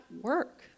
work